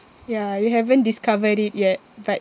ya you haven't discovered it yet but